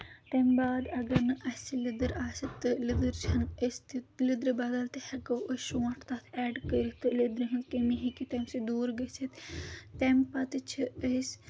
تَمہِ باد اگر نہٕ اَسہِ لیدٕر آسہِ تہٕ لیدٕر چھےٚ نہٕ أسۍ تہِ لیدٕرِ بَدَل تہِ ہیٚکو أسۍ شونٛٹھ تَتھ ایڈ کٔرِتھ تہٕ لیدرِ ہٕنٛز کمی ہیٚکہِ تَمہِ سۭتۍ تہِ دوٗر گٔژھِتھ تمہِ پَتہٕ چھِ أسۍ